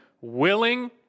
willing